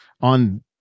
on